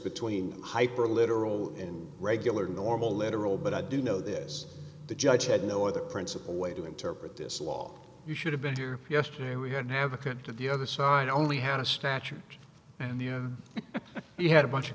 between hyper literal and regular normal literal but i do know this the judge had no other principle way to interpret this law you should have been here yesterday we had an advocate of the other side only had a stature and you had a bunch of